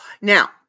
Now